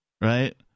right